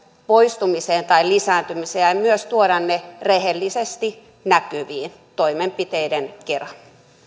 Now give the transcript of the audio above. poistumiseen tai lisääntymiseen ja myös tuoda ne rehellisesti näkyviin toimenpiteiden kera